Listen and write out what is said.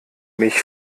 mich